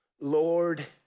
Lord